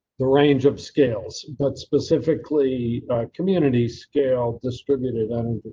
the range of scales, but specifically a community scale distributed.